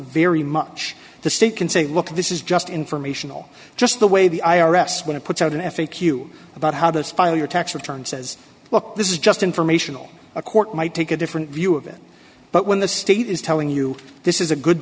very much the state can say look this is just informational just the way the i r s want to put out an f a q about how this file your tax return says well this is just informational a court might take a different view of it but when the state is telling you this is a good